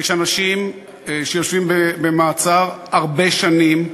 יש אנשים שיושבים במעצר הרבה שנים,